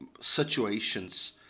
situations